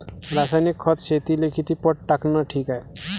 रासायनिक खत शेतीले किती पट टाकनं ठीक हाये?